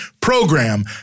program